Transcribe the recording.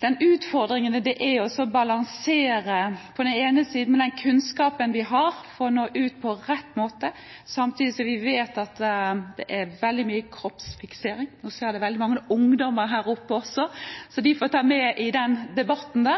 Det er en utfordring på den ene siden å balansere den kunnskapen vi har, for å nå ut på rett måte, samtidig som vi vet at det er veldig mye kroppsfiksering – det er veldig mange ungdommer på talerstolen også, så dem får vi ta med i denne debatten –